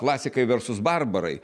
klasikai garsūs barbarai